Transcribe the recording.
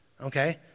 okay